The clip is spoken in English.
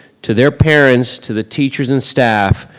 to their parents, to the teachers and staff.